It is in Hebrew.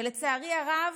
ולצערי הרב,